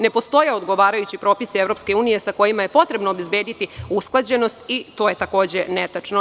Ne postoje odgovarajući propisi EU sa kojima je potrebno obezbediti usklađenost i to je takođe netačno.